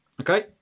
Okay